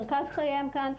מרכז חייהם כאן.